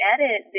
edit